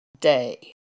day